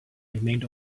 remained